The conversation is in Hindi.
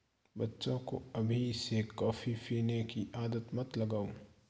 बच्चे को अभी से कॉफी पीने की आदत मत लगाओ